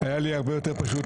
סליחה?